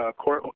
ah court,